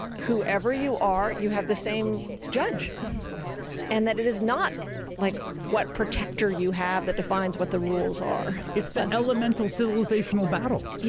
whoever you are you have the same judge and that it is not like what protector you have that defines what the rules are. it's that elemental civilizational battle. yeah